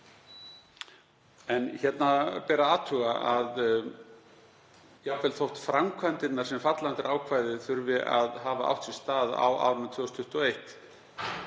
Hér ber að athuga að jafnvel þó að framkvæmdirnar sem falla undir ákvæðið þurfi að hafa átt sér stað á árinu 2021